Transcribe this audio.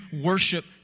worship